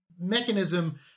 mechanism